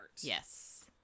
yes